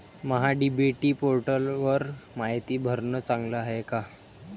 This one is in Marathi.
महा डी.बी.टी पोर्टलवर मायती भरनं चांगलं हाये का?